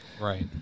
Right